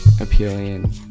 appealing